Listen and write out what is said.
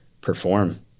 perform